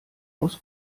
aus